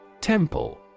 Temple